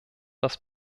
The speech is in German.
das